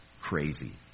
crazy